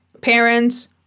parents